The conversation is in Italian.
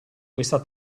questa